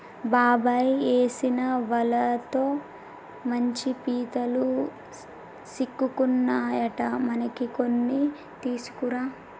బాబాయ్ ఏసిన వలతో మంచి పీతలు సిక్కుకున్నాయట మనకి కొన్ని తీసుకురా